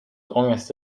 almost